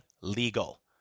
legal